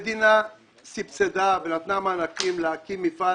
המדינה סבסדה ונתנה מענקים להקים מפעל